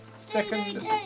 Second